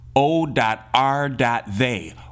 o.r.they